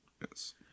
Yes